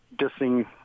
dissing